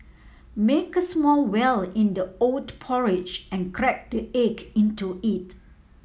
make a small well in the oat porridge and crack the egg into it